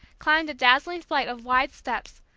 climbed a dazzling flight of wide steps,